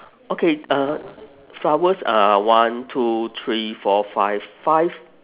okay uh flowers uh one two three four five five